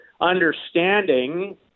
understanding